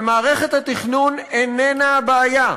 אבל מערכת התכנון איננה הבעיה,